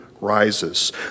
rises